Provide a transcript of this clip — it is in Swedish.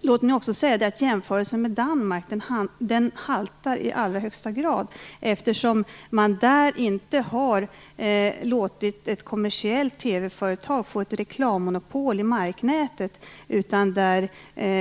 Låt mig också säga att jämförelsen med Danmark i allra högsta grad haltar, eftersom man där inte har låtit ett kommersiellt TV-företag få ett reklammonopol i marknätet. När det gäller